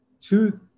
two